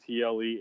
TLE